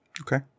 okay